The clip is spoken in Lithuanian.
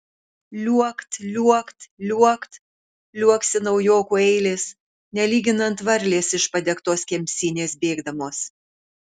liuokt liuokt liuokt liuoksi naujokų eilės nelyginant varlės iš padegtos kemsynės bėgdamos